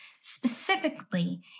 specifically